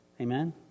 Amen